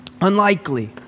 unlikely